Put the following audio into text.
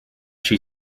she